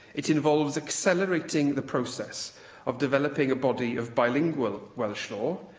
it involves accelerating the process of developing a body of bilingual welsh law,